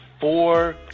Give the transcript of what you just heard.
four